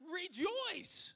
rejoice